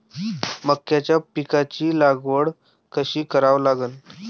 मक्याच्या पिकाची लागवड कशी करा लागन?